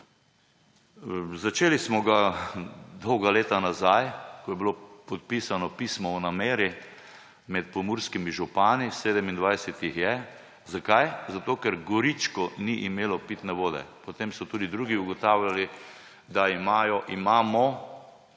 Začeli smo ga dolga leta nazaj, ko je bilo podpisano pismo o nameri med pomurskimi župani. 27 jih je. Zakaj? Zato ker Goričko ni imelo pitne vode. Potem so tudi drugi ugotavljali, da imamo